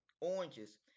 oranges